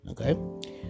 okay